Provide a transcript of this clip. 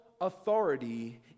authority